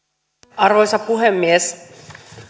arvoisa puhemies